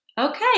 Okay